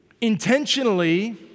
intentionally